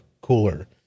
cooler